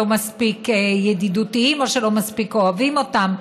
מספיק ידידותיים או שלא מספיק אוהבים אותם,